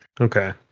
Okay